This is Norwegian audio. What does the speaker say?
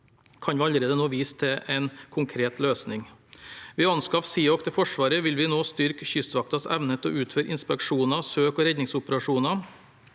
kan vi allerede nå vise til en konkret løsning. Ved å anskaffe Seahawk til Forsvaret vil vi nå styrke Kystvaktens evne til å utføre inspeksjoner, søk- og redningsoperasjoner